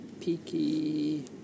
Peaky